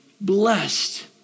blessed